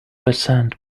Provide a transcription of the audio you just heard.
percent